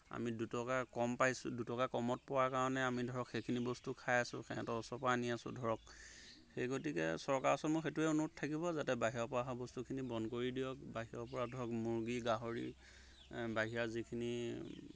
আমি দুটকা কম পাইছোঁ দুটকা কমত পোৱা কাৰণে আমি ধৰক সেইখিনি বস্তু খাই আছোঁ সিহঁতৰ ওচৰৰপৰা আনি আছোঁ ধৰক সেই গতিকে চৰকাৰৰ ওচৰত মোৰ সেইটোয়ে অনুৰোধ থাকিব যাতে বাহিৰৰপৰা অহা বস্তুখিনি বন্ধ কৰি দিয়ক বাহিৰৰপৰা ধৰক মুৰ্গী গাহৰি বাহিৰা যিখিনি